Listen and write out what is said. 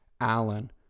Allen